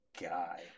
guy